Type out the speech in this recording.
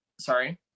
Sorry